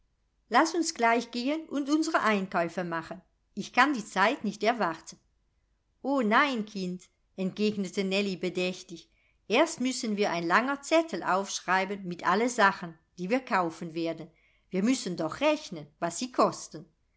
laß uns gleich gehen und unsre einkäufe machen ich kann die zeit nicht erwarten o nein kind entgegnete nellie bedächtig erst müssen wir ein langer zettel aufschreiben mit alle sachen die wir kaufen werden wir müssen doch rechnen was sie kosten